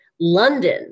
London